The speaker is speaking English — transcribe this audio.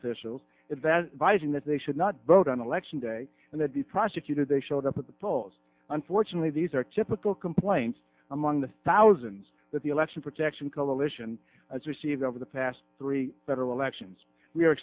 officials that devising that they should not vote on election day and they'd be prosecuted they showed up at the polls unfortunately these are typical complaints among the thousands that the election protection coalition has received over the past three federal elections we are